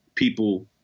people